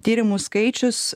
tyrimų skaičius